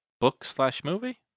book-slash-movie